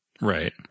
right